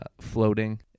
floating